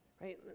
right